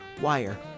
wire